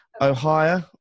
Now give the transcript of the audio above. Ohio